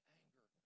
anger